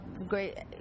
great